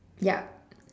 ya